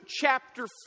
chapter